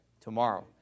Tomorrow